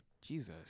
Jesus